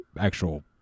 actual